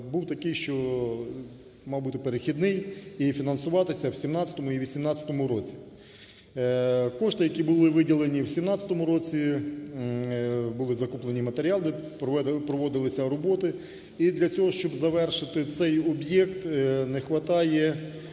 був такий, що мав бути перехідний і фінансуватися в 17-му і 18-му році. Кошти, які були виділені в 17-му році, були закуплені матеріали, проводилися роботи. І для цього, щоб завершити цей об'єкт не хватає